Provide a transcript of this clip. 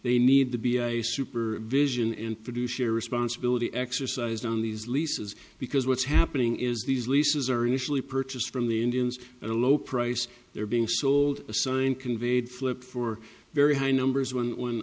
they need to be a super vision and produce share responsibility exercised on these leases because what's happening is these leases are initially purchased from the indians at a low price they're being sold a sign conveyed flipped for very high numbers when